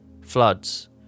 floods